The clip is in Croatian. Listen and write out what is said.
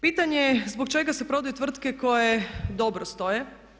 Pitanje je zbog čega se prodaju tvrtke koje dobro stoje?